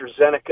astrazeneca